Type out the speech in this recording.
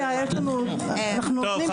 אנחנו נותנים סיכום מאוד מפורט --- טוב,